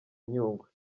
nyungwe